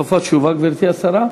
סוף התשובה, גברתי השרה?